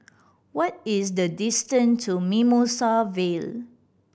what is the distance to Mimosa Vale